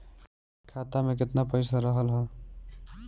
खाता में केतना पइसा रहल ह?